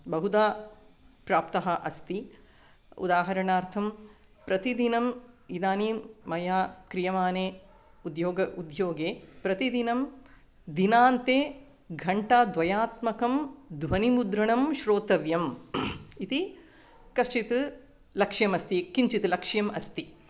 बहुधा प्राप्तः अस्ति उदाहरणार्थं प्रतिदिनम् इदानीं मया क्रियमाणे उद्योग उद्योगे प्रतिदिनं दिनान्ते घण्टाद्वयात्मकं ध्वनिमुद्रणं श्रोतव्यम् इति कश्चित् लक्ष्यमस्ति किञ्चित् लक्ष्यम् अस्ति